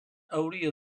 hauria